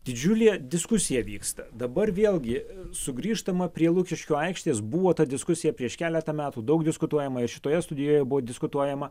didžiulė diskusija vyksta dabar vėlgi sugrįžtama prie lukiškių aikštės buvo ta diskusija prieš keletą metų daug diskutuojama ir šitoje studijoje buvo diskutuojama